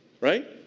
right